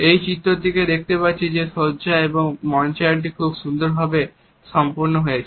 এই চিত্রটিতে দেখতে পাচ্ছি যে সজ্জা বা মঞ্চায়নটি খুব সুন্দরভাবে সম্পন্ন হয়েছে